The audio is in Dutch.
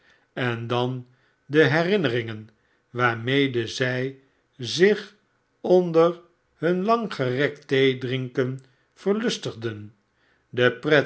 en dan de herinneringen waarmede zij zich onder hun lang gerekt theedrinken verlustigden de